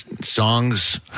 songs